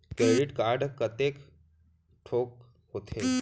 Credit card कतेक ठोक होथे?